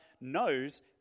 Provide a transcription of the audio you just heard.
knows